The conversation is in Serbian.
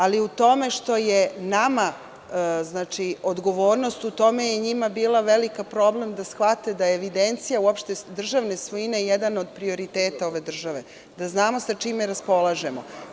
Ali to što je nama odgovornost, u tome je njima bio veliki problem da shvate da je evidencija uopšte državne svojine jedan od prioriteta ove države, da znamo sa čime raspolažemo.